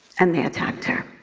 and they attacked her.